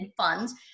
funds